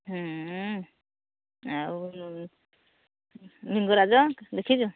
ଆଉ ଲିଙ୍ଗରାଜ ଦେଖିଛୁ